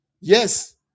Yes